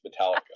Metallica